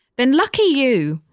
then lucky you,